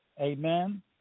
Amen